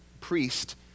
priest